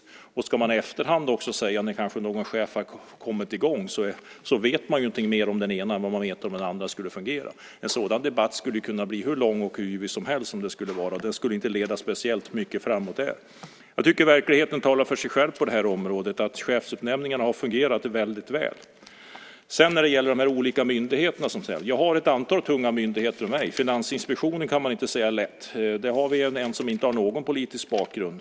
Ska man dessutom i efterhand säga någonting, när en chef kanske har kommit i gång, vet man ju mer om den ena personen än vad man vet om hur den andra personen skulle fungera. En sådan debatt skulle kunna bli hur lång och yvig som helst. Det skulle inte leda speciellt mycket framåt. Jag tycker att verkligheten talar för sig själv på det här området. Chefsutnämningarna har fungerat väldigt väl. När det gäller de olika myndigheterna vill jag säga detta. Jag har ett antal tunga myndigheter under mig. Finansinspektionen kan man inte kalla lätt. Där har vi en person som inte har någon politisk bakgrund.